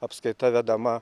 apskaita vedama